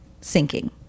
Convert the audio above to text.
sinking